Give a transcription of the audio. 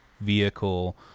vehicle